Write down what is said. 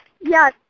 Yes